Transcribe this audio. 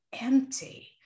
empty